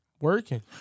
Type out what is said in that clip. Working